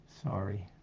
Sorry